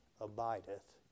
abideth